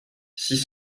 six